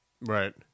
right